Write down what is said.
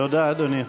תודה, אדוני.